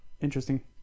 Interesting